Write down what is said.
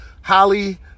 Holly